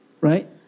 Right